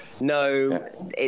no